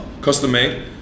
custom-made